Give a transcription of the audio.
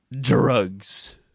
drugs